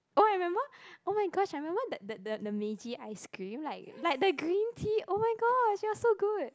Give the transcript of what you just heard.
oh I remember !oh my gosh! I remember the the the the Meiji ice cream like like the green tea oh-my-gosh it was so good